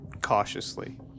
cautiously